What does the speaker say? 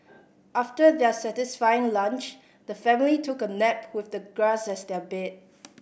after their satisfying lunch the family took a nap with the grass as their bed